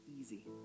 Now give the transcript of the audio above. easy